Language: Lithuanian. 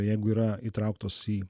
jeigu yra įtrauktos į